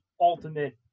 ultimate